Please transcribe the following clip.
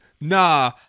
nah